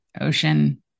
ocean